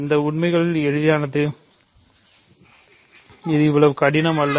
இது உண்மையில் எளிதானது இது அவ்வளவு கடினம் அல்ல